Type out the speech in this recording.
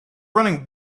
running